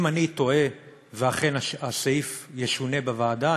אם אני טועה ואכן הסעיף ישונה בוועדה,